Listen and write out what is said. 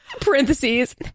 Parentheses